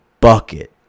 bucket